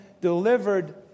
delivered